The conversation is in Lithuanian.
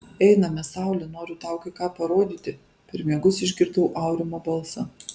einame saule noriu tau kai ką parodyti per miegus išgirdau aurimo balsą